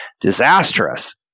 disastrous